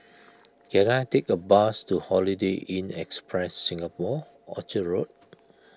can I take a bus to Holiday Inn Express Singapore Orchard Road